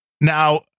now